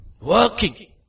working